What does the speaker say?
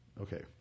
Okay